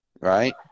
Right